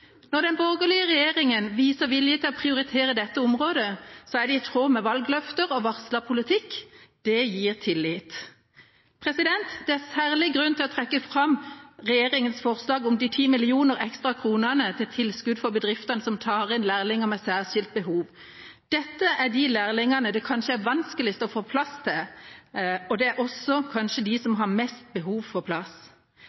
Når den borgerlige regjeringa viser vilje til å prioritere dette området, er det i tråd med valgløfter og varslet politikk. Det gir tillit. Det er særlig grunn til å trekke fram regjeringas forslag om de 10 mill. kr ekstra i tilskudd til bedrifter som tar inn lærlinger med særskilte behov. Dette er de lærlingene det kanskje er vanskeligst å få plass til, og det er kanskje også dem som